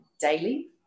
daily